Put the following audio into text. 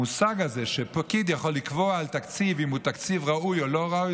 המושג הזה שפקיד יכול לקבוע על תקציב אם הוא תקציב ראוי או לא ראוי,